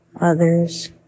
others